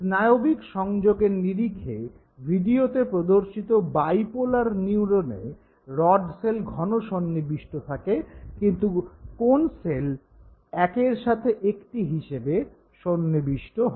স্নায়বিক সংযোগের নিরিখে ভিডিওতে প্রদর্শিত বাইপোলার নিউরোনে রড সেল ঘনসন্নিবিষ্ট থাকে কিন্তু কোণ সেল একের সাথে একটি হিসেবে সন্নিবিষ্ট হয়